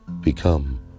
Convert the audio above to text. become